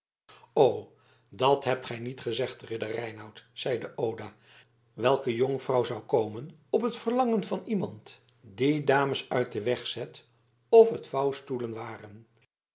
o dat hebt gij niet gezegd ridder reinout zeide oda welke jonkvrouw zou komen op het verlangen van iemand die dames uit den weg zet of het vouwstoelen waren